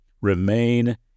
Remain